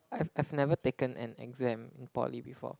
I've I've never taken an exam in Poly before